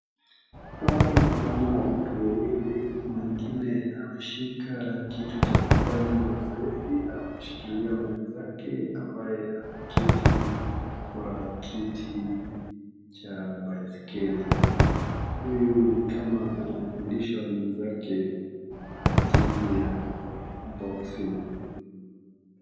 Hapa naona watu wawili mwingine ameshika kitu cha kufanya mazoezi ameshikilia mwenzake ambaye ameketi kwa kiti cha baiskeli huyu ni kama anafundisha mwenzake jinsi ya boxing